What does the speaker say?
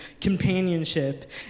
companionship